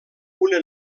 una